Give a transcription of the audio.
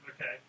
okay